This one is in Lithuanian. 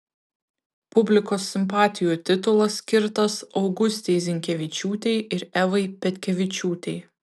publikos simpatijų titulas skirtas augustei zinkevičiūtei ir evai petkevičiūtei